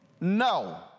No